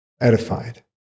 edified